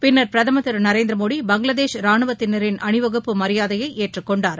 பின்னர் பிரதமர் திரு நரேந்திரமோடி பங்களாதேஷ் ரானுவத்தினரின் அணிவகுப்பு மரியாதையை ஏற்றுக்கொண்டார்